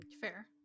Fair